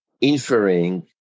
inferring